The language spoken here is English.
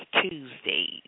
Tuesdays